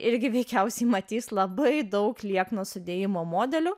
irgi veikiausiai matys labai daug liekno sudėjimo modelių